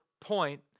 point